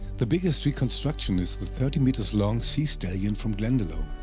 the biggest reconstruction is the thirty meters long sea stallion from glendalough.